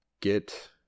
get